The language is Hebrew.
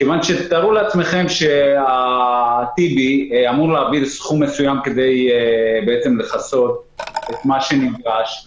תארו לעצמכם שטיבי אמור להעביר סכום מסוים כדי לכסות את מה שנדרש,